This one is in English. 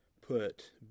put